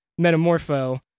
Metamorpho